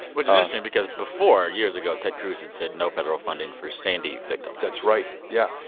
which is interesting because before, years ago, ted cruz had said no federal funding for sandy victims that's right. yeah.